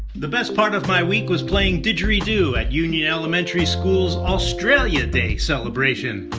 the best part of my week was playing didgeridoo at union elementary school's australia day celebration